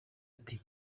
ati